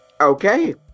Okay